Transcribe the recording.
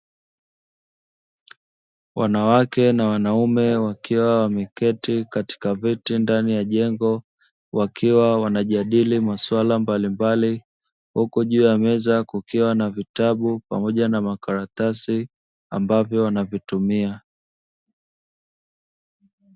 Wanawake na wanaume wakiwa wameketi katika viti ndani ya jengo, wakiwa wanajadili maswala mbalimbali huku juu ya meza kukiwa na vitabu pamoja na makaratasi ambavyo wanavitumia.